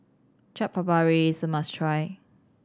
Chaat Papri is a must try